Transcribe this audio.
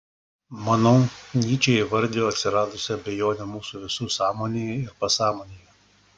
manau nyčė įvardijo atsiradusią abejonę mūsų visų sąmonėje ir pasąmonėje